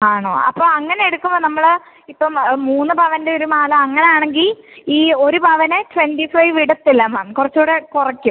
ആണോ അപ്പോൾ അങ്ങനെ എടുക്കുമ്പോൾ നമ്മൾ ഇപ്പോൾ മൂന്ന് പവൻ്റെ ഒരു മാല അങ്ങനെ ആണെങ്കിൽ ഈ ഒരു പവന് ട്വൻറ്റി ഫൈവ് ഇടത്തില്ല മാം കുറച്ചൂടെ കുറയ്ക്കും